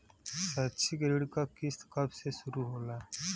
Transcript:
शैक्षिक ऋण क किस्त कब से शुरू होला?